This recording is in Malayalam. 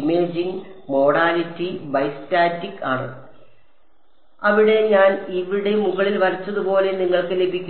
ഇമേജിംഗ് മോഡാലിറ്റി ബൈ സ്റ്റാറ്റിക് ആണ് അവിടെ ഞാൻ ഇവിടെ മുകളിൽ വരച്ചതുപോലെ നിങ്ങൾക്ക് ലഭിക്കും